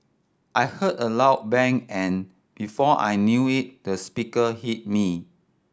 I heard a loud bang and before I knew it the speaker hit me